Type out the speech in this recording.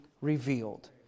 revealed